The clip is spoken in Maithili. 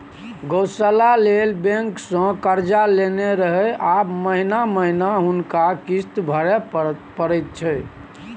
गौशाला लेल बैंकसँ कर्जा लेने रहय आब महिना महिना हुनका किस्त भरय परैत छै